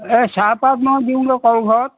এই চাহপাত মই দিওঁগে কাৰো ঘৰত